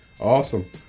Awesome